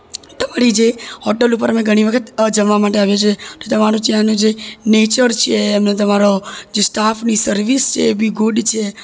તમારી જે હોટલ ઉપર અમે ઘણી વખત જમવા માટે આવીએ છીએ તો તમારું ત્યાંનું જે નેચર છે એમનો તમારો જે સ્ટાફની સર્વિસ છે એ બી ગુડ છે